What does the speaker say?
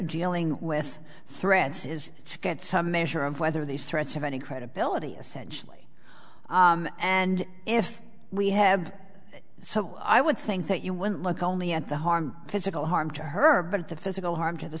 dealing with threats is to get some measure of whether these threats have any credibility essentially and if we have so i would think that you wouldn't look only at the harm physical harm to her but the physical harm to the